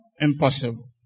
Impossible